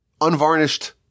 unvarnished